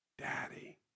Daddy